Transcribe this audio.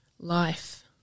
Life